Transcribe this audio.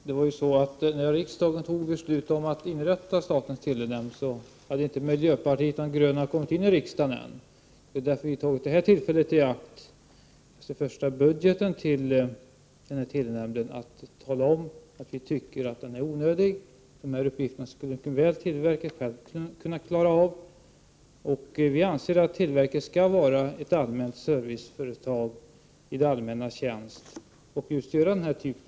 Herr talman! När riksdagen fattade beslutet om att inrätta statens telenämnd hade miljöpartiet de gröna inte kommit in i riksdagen ännu. Därför har vi tagit det här tillfället i akt att inför den första budgeten för telenämnden tala om att vi tycker att nämnden är onödig. Telenämndens uppgifter skulle televerket självt mycket väl kunna klara av. Vi anser att televerket skall vara ett serviceföretag i det allmännas tjänst och just ha uppgifter av den här typen.